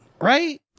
right